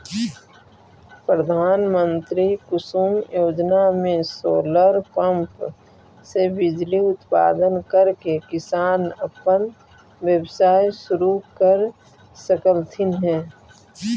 प्रधानमंत्री कुसुम योजना में सोलर पंप से बिजली उत्पादन करके किसान अपन व्यवसाय शुरू कर सकलथीन हे